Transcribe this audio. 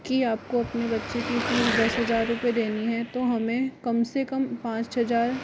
कि आपको अपने बच्चे की फीस दस हज़ार रुपये देनी है तो हमें कम से कम पाँच हज़ार